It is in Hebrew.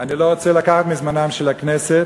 אני לא רוצה לקחת מזמנה של הכנסת,